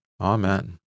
Amen